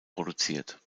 produziert